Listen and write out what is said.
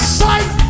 sight